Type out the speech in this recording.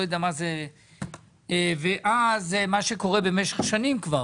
זה מה שקורה במשך שנים כבר,